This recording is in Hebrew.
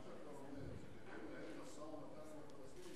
מה שאתה אומר זה: כדי לנהל משא-ומתן עם הפלסטינים,